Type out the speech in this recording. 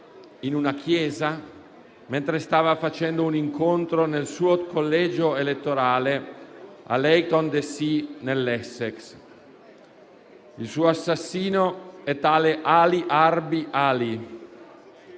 in una chiesa, mentre stava svolgendo un incontro nel suo collegio elettorale a Leigh-on-Sea, nell'Essex. Il suo assassino è tale Ali Harbi Ali.